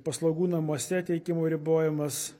paslaugų namuose teikimo ribojimas